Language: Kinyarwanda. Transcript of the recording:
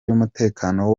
y’umutekano